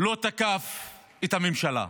לא תקף את הממשלה.